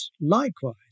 likewise